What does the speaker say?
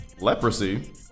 Leprosy